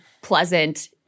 pleasant